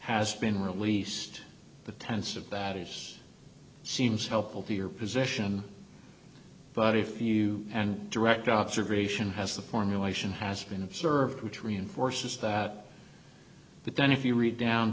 has been released the tense of that is seems helpful to your position but if you and direct observation has a formulation has been observed which reinforces that but then if you read down